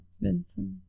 vincent